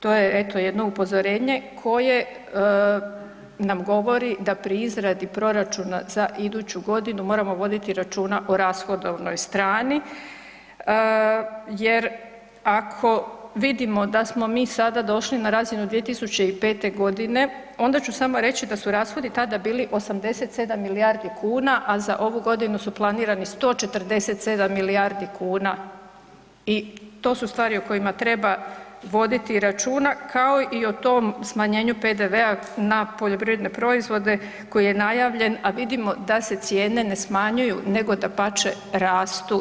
To je eto jedno upozorenje koje nam govori da pri izradi proračuna za iduću godinu moramo voditi računa o rashodovnoj strani jer ako vidimo da smo mi sada došli na razinu 2005.g. onda ću samo reći da su rashodi tada bili 87 milijardi kuna, a za ovu godinu su planirani 147 milijardi kuna i to su stvari o kojima treba voditi računa, kao i o tom smanjenju PDV-a na poljoprivredne proizvode koji je najavljen, a vidimo da se cijene ne smanjuju nego dapače rastu.